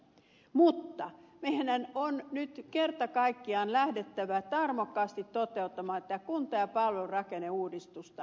mutta meidän on nyt kerta kaikkiaan lähdettävä tarmokkaasti toteuttamaan tätä kunta ja palvelurakenneuudistusta